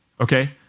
okay